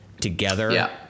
together